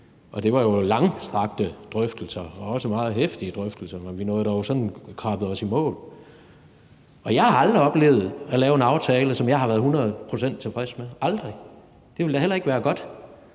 og det var jo langstrakte drøftelser og også meget heftige drøftelser, men vi fik dog krabbet os i mål. Jeg har aldrig oplevet at lave en aftale, som jeg har været hundrede procent tilfreds med – aldrig. Det ville da heller ikke være godt,